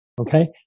Okay